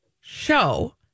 show